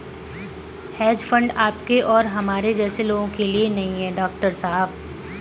hedge fund आपके और हमारे जैसे लोगों के लिए नहीं है, डॉक्टर साहब